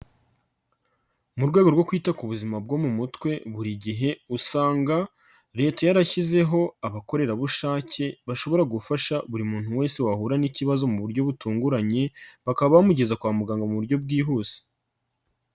Mu rwego rwo kwita ku buzima bwo mu mutwe buri gihe usanga Leta yarashyizeho abakorerabushake bashobora gufasha buri muntu wese wahura n'ikibazo mu buryo butunguranye, bakaba bamugeza kwa muganga mu buryo bwihuse.